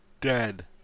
dead